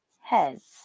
heads